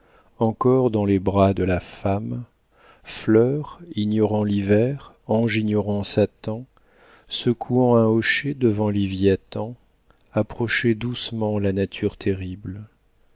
encor dans les bras de la femme fleur ignorant l'hiver ange ignorant satan secouant un hochet devant léviathan approcher doucement la nature terrible